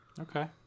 Okay